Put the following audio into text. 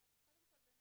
אז קודם כל אני